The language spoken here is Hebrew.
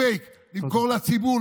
פייק, למכור לציבור.